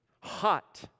hot